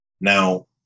now